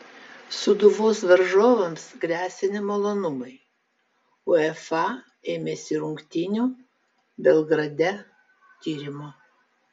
sūduvos varžovams gresia nemalonumai uefa ėmėsi rungtynių belgrade tyrimo